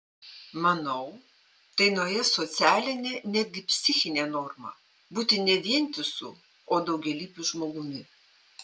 manau tai nauja socialinė netgi psichinė norma būti ne vientisu o daugialypiu žmogumi